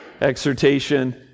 exhortation